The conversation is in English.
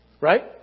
Right